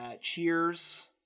Cheers